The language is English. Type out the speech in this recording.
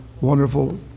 wonderful